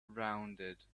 rounded